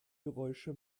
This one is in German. geräusche